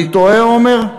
אני טועה, עמר?